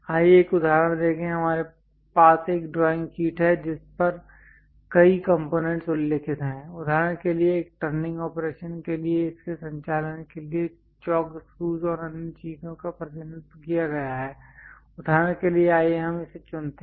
आइए एक उदाहरण देखें हमारे पास एक ड्राइंग शीट है जिस पर कई कंप्लेंट्स उल्लिखित हैं उदाहरण के लिए एक टर्निंग ऑपरेशन के लिए इसके संचालन के लिए चौक स्क्रूज और अन्य चीजों का प्रतिनिधित्व किया गया है उदाहरण के लिए आइए हम इसे चुनते हैं